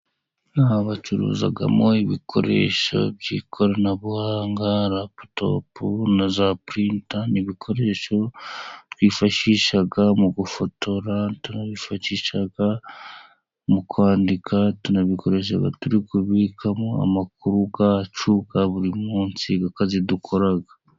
Aha bacuruza ibikoresho by'ikoranabuhanga laptop na za purinta nibikoresho twifashisha mu gufotora turabyifashisha mu kwandika tunabikoresha turi bikamo amakuru yacu ya buri munsi y'akazi dukora.